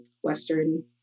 western